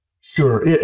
Sure